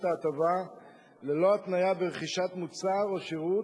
ההטבה ללא התניה ברכישת מוצר או שירות,